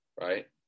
Right